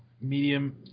medium